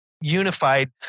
unified